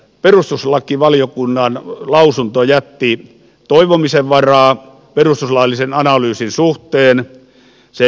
perustuslakivaliokunnan lausunto jätti toivomisen varaa perustuslaillisen analyysin suhteen